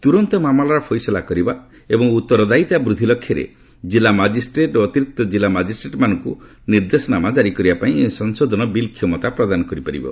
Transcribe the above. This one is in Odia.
ତୁରନ୍ତ ମାମଲାର ଫଇସଲା କରିବା ଏବଂ ଉତ୍ତରଦାୟିତା ବୃଦ୍ଧି ଲକ୍ଷ୍ୟରେ ଜିଲ୍ଲା ମାଜିଷ୍ଟ୍ରେଟ୍ ଓ ଅତିରିକ୍ତ ଜିଲ୍ଲା ମାଜିଷ୍ଟ୍ରେଟ୍ଙ୍କୁ ନିର୍ଦ୍ଦେଶନାମା ଜାରି କରିବା ପାଇଁ ଏହି ସଂଶୋଧିତ ବିଲ୍ କ୍ଷମତା ପ୍ରଦାନ କରିପାରିବ